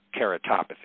keratopathy